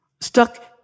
Stuck